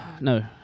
No